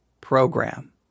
program